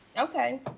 Okay